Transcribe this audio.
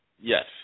Yes